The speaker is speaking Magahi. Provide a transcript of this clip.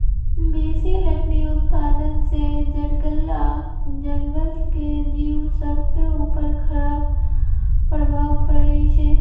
बेशी लकड़ी उत्पादन से जङगल आऽ जङ्गल के जिउ सभके उपर खड़ाप प्रभाव पड़इ छै